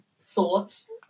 thoughts